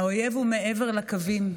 האויב הוא מעבר לקווים,